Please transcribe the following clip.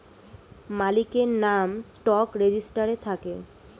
মালিকের নাম স্টক রেজিস্টারে থাকে